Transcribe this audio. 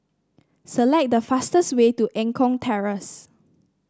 select the fastest way to Eng Kong Terrace